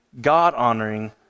God-honoring